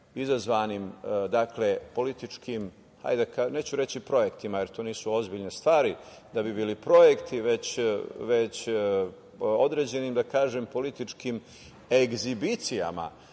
izazvanim političkim, neću reći projektima, jer to nisu ozbiljne stvari da bi bili projekti, već određenim političkim egzibicijama,